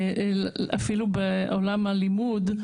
אפילו בעולם הלימוד,